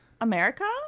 America